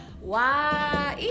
Wow